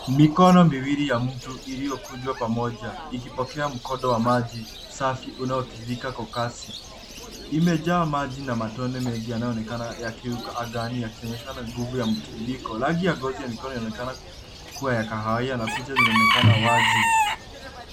Mikono miwili ya mtu iliyokunjwa pamoja ikipokea mkondo wa maji safi unaotiririka kwa kasi. Imejaa maji na matone mengi yanayoonekana yakiruka angani yakionyeshwa na nguvu ya mtiririko. Rangi ya ngozi ya mkono inaonekana kua ya kahawia na kucha zinaonekana wazi.